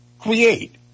Create